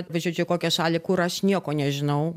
atvažiuočiau į kokią šalį kur aš nieko nežinau